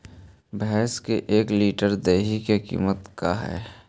भैंस के एक लीटर दही के कीमत का है?